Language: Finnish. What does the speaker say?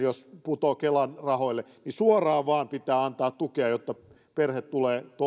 putoaa kelan rahoille niin suoraan vain pitää antaa tukea jotta perhe tulee